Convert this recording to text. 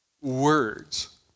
Words